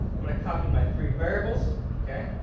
i'm going to copy my three variables. ok,